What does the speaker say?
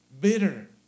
bitter